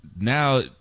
now